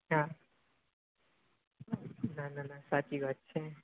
ના ના ના ના સાચી વાત છે